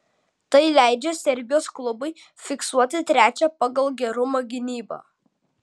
tai leidžia serbijos klubui fiksuoti trečią pagal gerumą gynybą